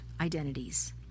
identities